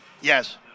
Yes